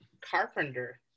carpenter